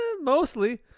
Mostly